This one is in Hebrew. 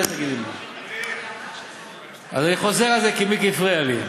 אני חוזר על זה כי מיקי הפריע לי.